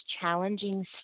challenging